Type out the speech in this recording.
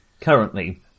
currently